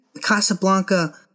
Casablanca